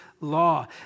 law